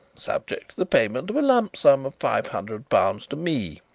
subject to the payment of a lump sum of five hundred pounds to me.